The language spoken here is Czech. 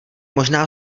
možná